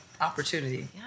opportunity